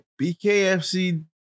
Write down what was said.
BKFC